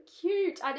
cute